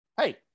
hey